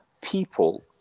people